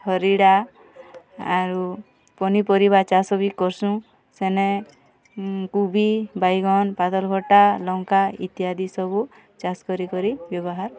ହରିଡ଼ା ଆରୁ ପନିପରିବା ଚାଷ ବି କର୍ସୁଁ ସେନେ କୁବି ବାଇଗନ୍ ପାତଲ୍ଘଟା ଲଙ୍କା ଇତ୍ୟାଦି ସବୁ ଚାଷ୍ କରି କରି ବ୍ୟବହାର୍ କର୍ସୁଁ